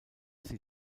sie